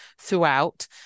throughout